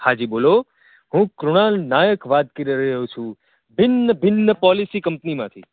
હાજી બોલો હું કૃણાલ નાયક વાત કરી રહ્યો છું ભિન્ન ભિન્ન પોલિસી કંપની માંથી